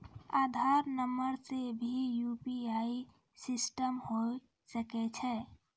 आधार नंबर से भी यु.पी.आई सिस्टम होय सकैय छै?